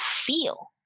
feel